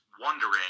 wondering